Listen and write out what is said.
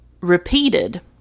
repeated